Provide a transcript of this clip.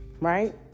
right